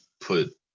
put